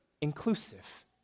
Inclusive